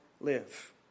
live